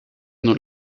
nun